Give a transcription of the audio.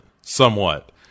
somewhat